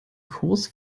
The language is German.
kurs